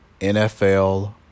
NFL